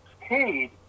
paid